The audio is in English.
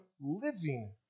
living